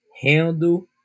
handle